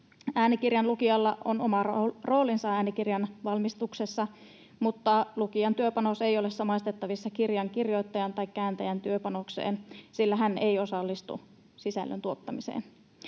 Äänikirjan lukijalla on oma roolinsa äänikirjan valmistuksessa, mutta lukijan työpanos ei ole samaistettavissa kirjan kirjoittajan tai kääntäjän työpanokseen, sillä hän ei osallistu sisällön tuottamiseen.